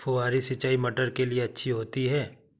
फुहारी सिंचाई मटर के लिए अच्छी होती है?